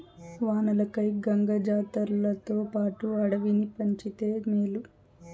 వానలకై గంగ జాతర్లతోపాటు అడవిని పంచితే మేలు